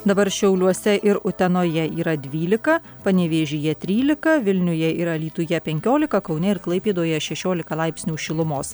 dabar šiauliuose ir utenoje yra dvylika panevėžyje trylika vilniuje ir alytuje penkiolika kaune ir klaipėdoje šešiolika laipsnių šilumos